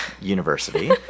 university